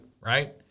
right